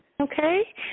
Okay